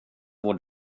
vår